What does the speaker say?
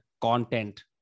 content